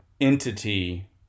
entity